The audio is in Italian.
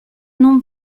non